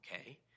okay